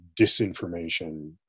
disinformation